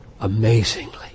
amazingly